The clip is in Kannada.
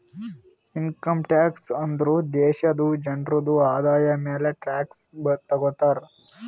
ಇನ್ಕಮ್ ಟ್ಯಾಕ್ಸ್ ಅಂದುರ್ ದೇಶಾದು ಜನ್ರುದು ಆದಾಯ ಮ್ಯಾಲ ಟ್ಯಾಕ್ಸ್ ತಗೊತಾರ್